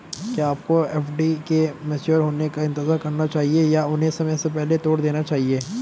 क्या आपको एफ.डी के मैच्योर होने का इंतज़ार करना चाहिए या उन्हें समय से पहले तोड़ देना चाहिए?